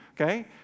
okay